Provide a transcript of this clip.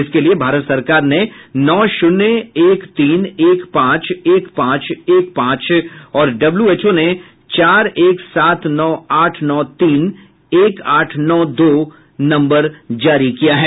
इसके लिए भारत सरकार ने नौ शुन्य एक तीन एक पांच एक पांच एक पांच और डब्ल्यू एच ओ ने चार एक सात नौ आठ नौ तीन एक आठ नौ दो जारी किया है